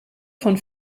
von